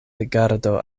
rigardo